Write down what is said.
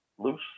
loose